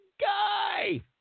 guy